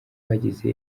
bagize